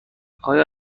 آیا